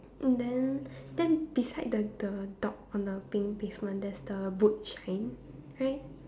then then beside the the dog on the pink pavement there's the boot shine right